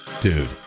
Dude